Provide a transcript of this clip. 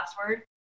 password